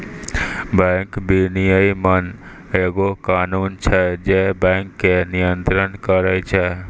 bank विनियमन एगो कानून छै जे बैंको के नियन्त्रण करै छै